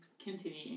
Continue